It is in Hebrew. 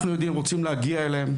אנחנו רוצים להגיע אליהם,